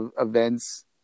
events